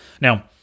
Now